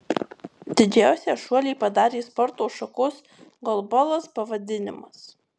didžiausią šuolį padarė sporto šakos golbolas pavadinimas